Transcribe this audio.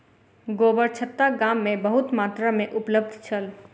गोबरछत्ता गाम में बहुत मात्रा में उपलब्ध छल